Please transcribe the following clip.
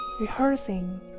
rehearsing